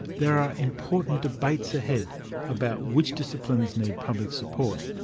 there are important debates ahead about which disciplines need public support.